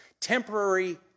temporary